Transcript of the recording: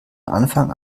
anfang